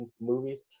movies